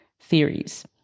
theories